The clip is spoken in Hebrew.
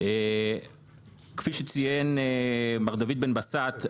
כפי שציין מר דוד בן בסט,